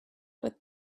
but